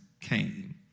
came